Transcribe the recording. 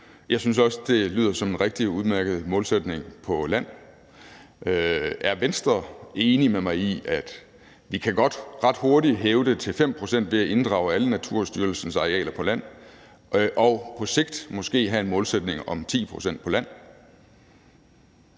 Jeg synes også, at det lyder som en rigtig udmærket målsætning på land. Er Venstre enig med mig i, at vi godt ret hurtigt kan hæve det til 5 pct. ved at inddrage alle Naturstyrelsens arealer på land og på sigt måske have en målsætning om 10 pct. på land?